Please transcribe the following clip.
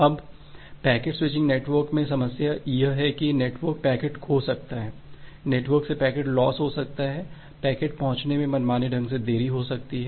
अब packet switching network में समस्या यह है कि नेटवर्क पैकेट खो सकता है नेटवर्क से पैकेट लॉस हो सकता है पैकेट पहुंचाने में मनमाने ढंग से देरी हो सकती है